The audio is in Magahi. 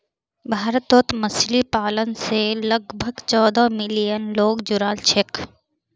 भारतत मछली पालन स लगभग चौदह मिलियन लोग जुड़ाल छेक